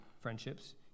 friendships